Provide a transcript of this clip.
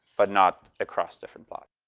but not across different plots.